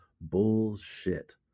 Bullshit